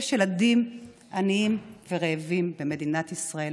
יש ילדים עניים ורעבים במדינת ישראל,